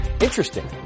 interesting